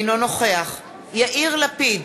אינו נוכח יאיר לפיד,